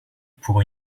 pour